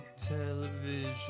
television